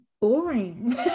boring